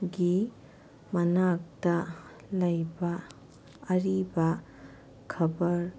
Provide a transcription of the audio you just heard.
ꯒꯤ ꯃꯅꯥꯛꯇ ꯂꯩꯕ ꯑꯔꯤꯕ ꯈꯕꯔ